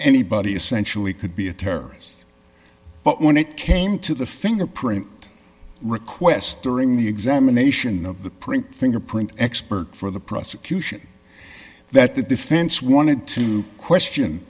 anybody essentially could be a terrorist but when it came to the fingerprint request during the examination of the print fingerprint expert for the prosecution that the defense wanted to question